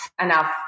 enough